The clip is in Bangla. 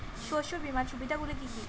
শস্য বিমার সুবিধাগুলি কি কি?